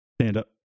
stand-up